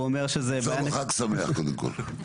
תמסור לו חג שמח, קודם כל.